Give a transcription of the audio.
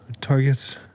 Targets